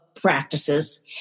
practices